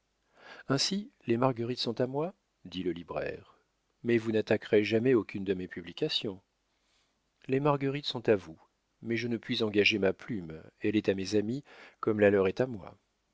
ainsi les marguerites sont à moi dit le libraire mais vous n'attaquerez jamais aucune de mes publications les marguerites sont à vous mais je ne puis engager ma plume elle est à mes amis comme la leur est à moi